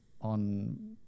on